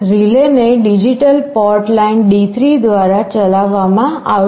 relay ને digital port line D3 દ્વારા ચલાવવામાં આવશે